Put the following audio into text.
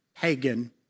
pagan